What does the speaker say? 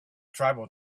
tribal